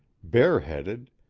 bareheaded,